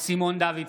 סימון דוידסון,